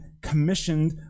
commissioned